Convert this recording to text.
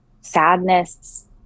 sadness